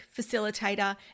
Facilitator